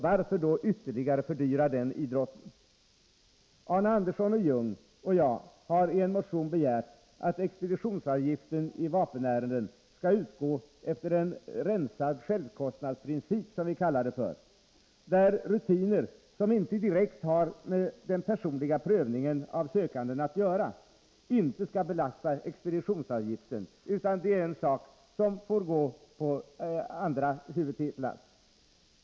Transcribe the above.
Varför då ytterligare fördyra den? Arne Andersson i Ljung och jag har i en motion begärt att expeditionsavgiften i vapenärenden skall utgå efter en ”rensad” självkostnadsprincip, där rutiner som inte direkt har med den personliga prövningen av sökanden att göra inte skall belasta expeditionsavgiften utan får gå på andra huvudtitlar.